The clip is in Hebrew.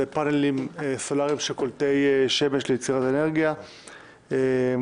זה פאנלים סולאריים של קולטי שמש ליצירת ארגיה התש"ף-2020,